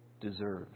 deserve